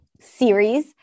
series